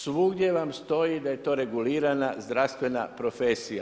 Svugdje vam stoji da je to regulirana zdravstvena profesija.